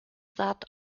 that